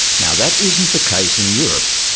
now that isn't the case in europe.